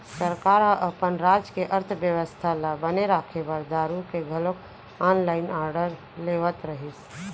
सरकार ह अपन राज के अर्थबेवस्था ल बने राखे बर दारु के घलोक ऑनलाइन आरडर लेवत रहिस